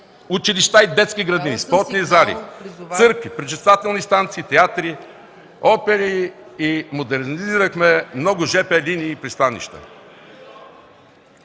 училища и детски градини, спортни зали, църкви, пречиствателни станции, театри, опери и модернизирахме много жп линии и пристанища.